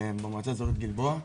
במועצה האזורית גלבוע.